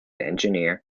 engineer